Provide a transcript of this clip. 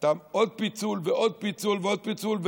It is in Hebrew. עוד פיצול ועוד פיצול ועוד פיצול?